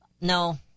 no